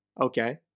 okay